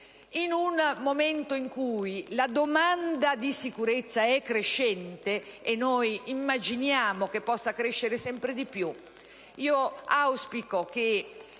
In un momento in cui la domanda di sicurezza è crescente (e noi immaginiamo che possa crescere sempre di più), auspico che